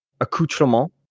accoutrement